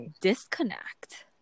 disconnect